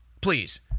please